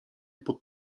pod